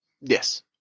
Yes